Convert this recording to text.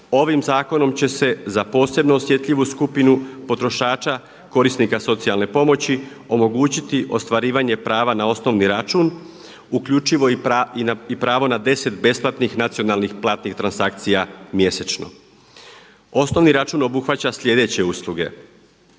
ovim zakonom će se za posebno osjetljivu skupinu potrošača korisnika socijalne pomoći omogućiti ostvarivanje prava na osnovni račun uključivo i pravo na 10 besplatnih nacionalnih platnih transakcija mjesečno. Osnovni račun obuhvaća sljedeće usluge: